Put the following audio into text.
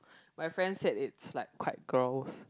my friend said it's like quite gross